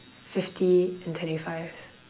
fifty and twenty five